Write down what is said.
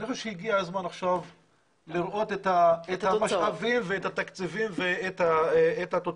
אני חושב שהגיע הזמן לראות את המשאבים ואת התקציבים ואת התוצאות.